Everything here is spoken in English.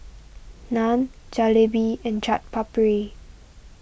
Naan Jalebi and Chaat Papri